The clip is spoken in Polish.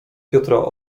piotra